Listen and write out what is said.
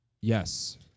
Yes